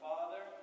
Father